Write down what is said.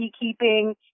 beekeeping